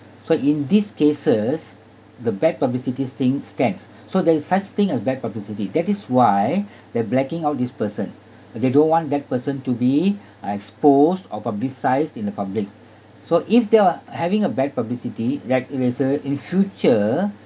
so in these cases the bad publicity things stands so there is such thing a bad publicity that is why they're blacking out this person they don't want that person to be exposed or publicised in the public so if they're having a bad publicity that reserve in future